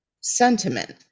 sentiment